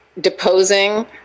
deposing